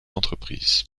entreprises